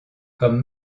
comme